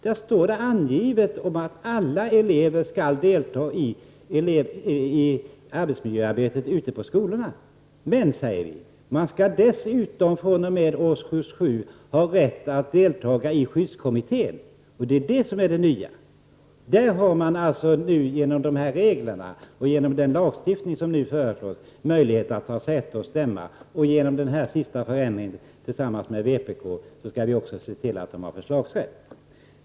Då stod det skrivet att alla elever skall delta i arbetsmiljöarbetet ute på skolorna. Men vi sade att eleverna dessutom fr.o.m. årskurs 7 skall ha rätt att delta i skyddskommittén. Det är detta som är det nya. Genom dessa regler och genom den lagstiftning som nu föreslås finns det möjlighet för eleverna att delta i skyddskommittéarbetet, och genom den sista förändringen som vi har kommit överens om med vpk skall vi också se till att eleverna har förslagsrätt.